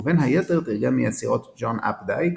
ובין היתר תרגם מיצירות ג'ון אפדייק,